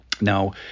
Now